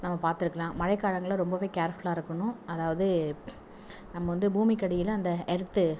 நம்ம பார்த்து இருக்கலாம் மழை காலங்களில் ரொம்ப கேர்ஃபுல்லாக இருக்கணும் அதாவது நம்ம வந்து பூமிக்கு அடியில் அந்த எர்த்து